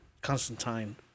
constantine